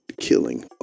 killing